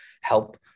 help